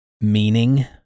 meaning